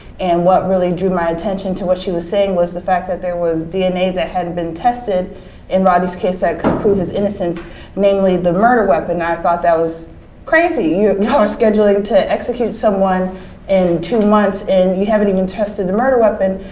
and what really drew my attention to what she was saying was the fact that there was dna that hadn't been tested in rodney's case that could prove his innocence mainly the murder weapon. i thought that was crazy. you know, you're scheduling to execute someone in two months and you haven't even tested the murder weapon.